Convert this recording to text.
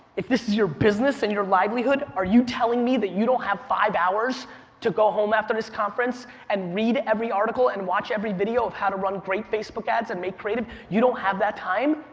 if this is your business and livelihood, are you telling me that you don't have five hours to go home after this conference and read every article and watch every video of how to run great facebook ads and make creative? you don't have that time?